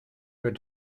were